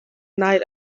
night